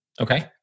Okay